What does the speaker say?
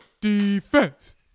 Defense